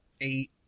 eight